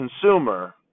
consumer